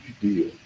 deal